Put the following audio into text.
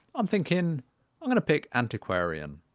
i'm thinking i'm going to pick antiquarian.